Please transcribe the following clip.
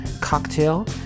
cocktail